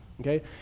okay